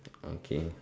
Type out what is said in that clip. okay